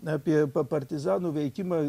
apie partizanų veikimą